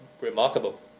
remarkable